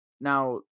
Now